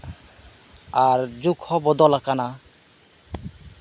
ᱟᱨ ᱡᱩᱜᱽ ᱦᱚᱸ ᱵᱚᱫᱚᱞ ᱟᱠᱟᱱᱟ